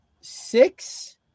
six